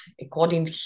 according